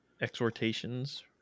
exhortations